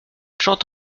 chante